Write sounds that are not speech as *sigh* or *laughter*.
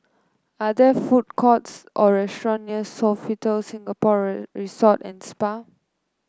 are there food courts or restaurants near Sofitel Singapore *unintelligible* Resort and Spa